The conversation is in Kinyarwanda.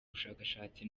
ubushakashatsi